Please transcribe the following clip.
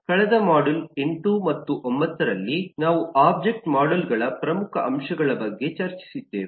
ಕಳೆದ ಮಾಡ್ಯೂಲ್ನ 8 ಮತ್ತು 9 ರಲ್ಲಿ ನಾವು ಒಬ್ಜೆಕ್ಟ್ ಮಾಡೆಲ್ಗಳ ಪ್ರಮುಖ ಅಂಶಗಳ ಬಗ್ಗೆ ಚರ್ಚಿಸುತ್ತಿದ್ದೇವೆ